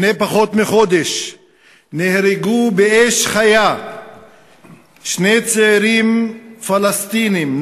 לפני פחות מחודש נהרגו באש חיה שני צעירים פלסטינים,